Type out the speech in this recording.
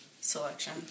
selection